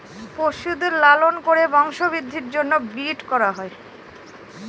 পশুদের লালন করে বংশবৃদ্ধির জন্য ব্রিড করা হয়